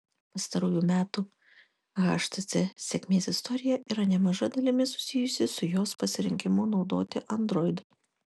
pastarųjų metų htc sėkmės istorija yra nemaža dalimi susijusi su jos pasirinkimu naudoti android